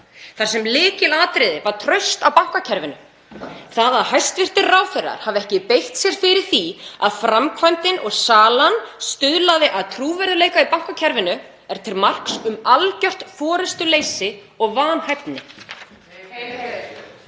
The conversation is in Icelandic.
þar sem lykilatriði var traust á bankakerfinu. Það að hæstv. ráðherrar hafi ekki beitt sér fyrir því að framkvæmdin og salan stuðlaði að trúverðugleika í bankakerfinu er til marks um algert forystuleysi og vanhæfni. SPEECH_END ---